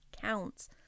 counts